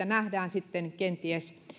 nähdään kenties